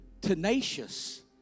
tenacious